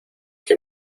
que